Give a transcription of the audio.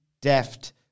deft